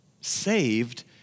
saved